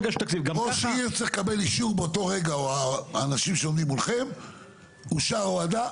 ראש עיר צריך לקבל אישור באותו רגע, אושרה הורדה?